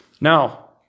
Now